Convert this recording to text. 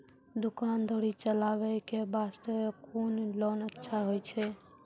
दुकान दौरी चलाबे के बास्ते कुन लोन अच्छा होय छै?